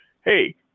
hey